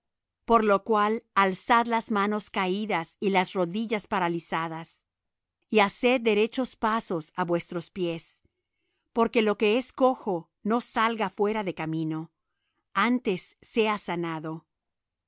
por lo cual alzad las manos caídas y las rodillas paralizadas y haced derechos pasos á vuestros pies porque lo que es cojo no salga fuera de camino antes sea sanado